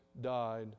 died